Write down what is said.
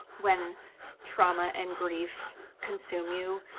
when trauma and grief consume you,